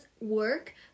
work